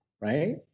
right